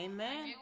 Amen